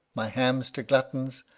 my hams to gluttons,